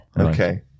Okay